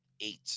Eight